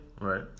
right